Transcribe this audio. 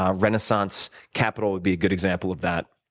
ah renaissance capital would be a good example of that,